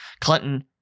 Clinton